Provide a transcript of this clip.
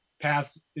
paths